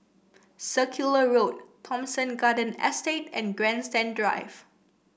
Circular Road Thomson Garden Estate and Grandstand Drive